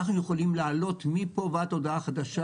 אנחנו יכולים לעלות מפה ועד להודעה חדשה